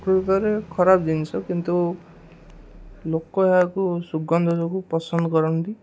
ଉପରେ ଖରାପ ଜିନିଷ କିନ୍ତୁ ଲୋକ ଏହାକୁ ସୁଗନ୍ଧ ଯୋଗୁଁ ପସନ୍ଦ କରନ୍ତି